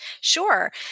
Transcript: Sure